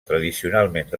tradicionalment